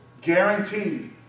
Guaranteed